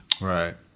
Right